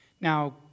Now